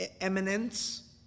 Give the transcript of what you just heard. eminence